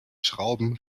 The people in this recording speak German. schrauben